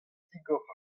tigor